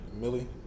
Millie